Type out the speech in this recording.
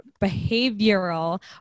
behavioral